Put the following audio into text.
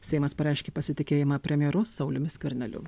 seimas pareiškė pasitikėjimą premjeru sauliumi skverneliu